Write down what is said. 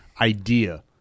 idea